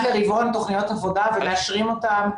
הם מקבלים אחת לרבעון תוכניות עבודה ומאשרים אותן.